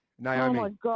Naomi